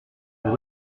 vous